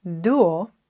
duo